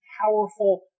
powerful